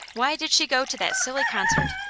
why did she go to that silly concert?